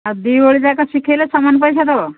ଆଉ ଦିଓଳି ଯାକ ଶିଖାଇଲେ ସମାନ ପଇସା ଦେବ